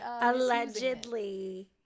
Allegedly